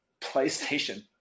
PlayStation